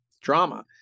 drama